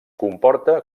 comporta